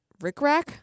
rickrack